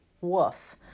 Woof